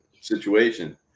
situation